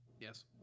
yes